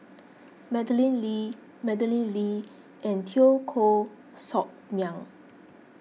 Madeleine Lee Madeleine Lee and Teo Koh Sock Miang